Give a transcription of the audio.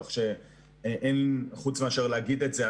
כך שחוץ מאשר להגיד את זה,